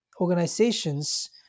organizations